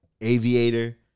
Aviator